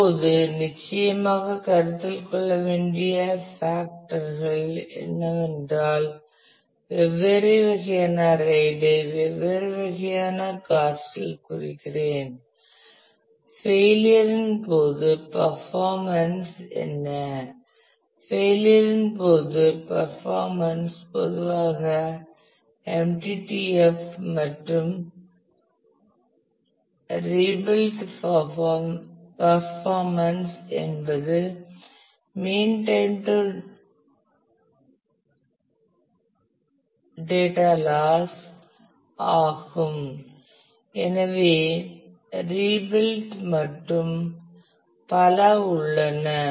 இப்போது நிச்சயமாக கருத்தில் கொள்ள வேண்டிய பேக்டர் கள் என்னவென்றால் வெவ்வேறு வகையான RAID ஐ வெவ்வேறு வகையான காஸ்ட் இல் குறிக்கிறேன் ஃபெயிலியர் இன் போது பர்ஃபாமென்ஸ் என்ன ஃபெயிலியர் இன் போது பர்ஃபாமென்ஸ் பொதுவாக எம்டிடிஎஃப் மற்றும் ரிபில்ட் பர்ஃபாமென்ஸ் என்பது mean time to data loss ஆகும் எனவே ரிபில்ட் மற்றும் பல உள்ளன